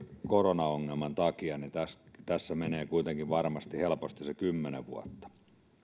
koronaongelman takia menee kuitenkin varmasti helposti se kymmenen vuotta